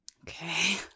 Okay